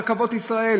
רכבות ישראל